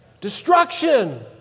Destruction